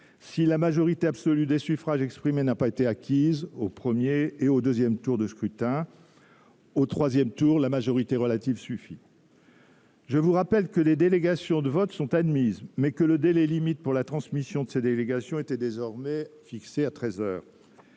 Si la majorité absolue des suffrages exprimés n’a pas été acquise au premier ou au deuxième tour de scrutin, au troisième tour, la majorité relative suffit. Je vous rappelle que les délégations de vote sont admises, mais que le délai limite pour la transmission des délégations de vote est désormais expiré depuis